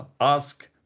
ask